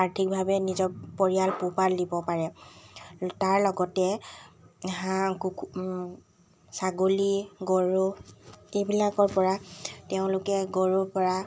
আৰ্থিকভৱে নিজৰ পৰিয়াল পোহপাল দিব পাৰে তাৰ লগতে হাঁহ কুকু ছাগলী গৰু এইবিলাকৰ পৰা তেওঁলোকে গৰুৰ পৰা